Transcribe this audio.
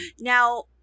Now